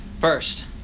first